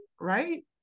right